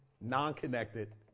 non-connected